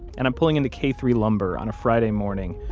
and i'm pulling into k three lumber on a friday morning,